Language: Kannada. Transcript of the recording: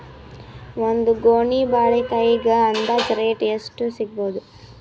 ಒಂದ್ ಗೊನಿ ಬಾಳೆಕಾಯಿಗ ಅಂದಾಜ ರೇಟ್ ಎಷ್ಟು ಸಿಗಬೋದ?